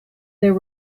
there